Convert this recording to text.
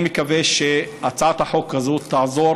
אני מקווה שהצעת החוק הזו תעזור